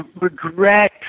regret